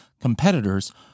competitors